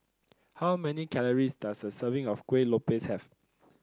how many calories does a serving of Kuih Lopes have